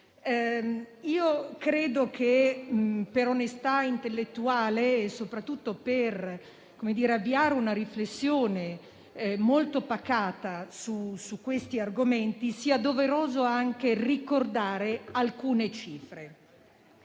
Io credo che, per onestà intellettuale e soprattutto per avviare una riflessione molto pacata su questi argomenti, sia doveroso ricordare alcune cifre.